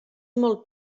molt